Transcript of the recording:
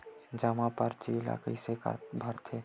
जमा परची ल कइसे भरथे?